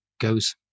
goes